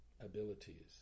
abilities